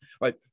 Right